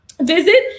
Visit